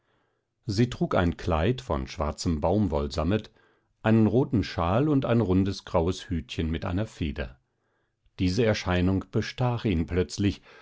sie trug ein kleid von schwarzem baumwollsammet einen roten shawl und ein rundes graues hütchen mit einer feder diese erscheinung bestach ihn plötzlich